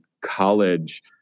college